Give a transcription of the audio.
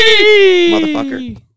Motherfucker